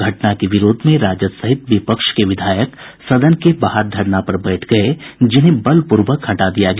घटना के विरोध में राजद सहित विपक्ष के विधायक सदन के बाहर धरना पर बैठ गये जिन्हें बल पूर्वक हटा दिया गया